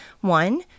One